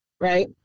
Right